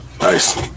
Nice